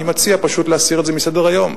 אני מציע פשוט להסיר את זה מסדר-היום,